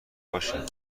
باشه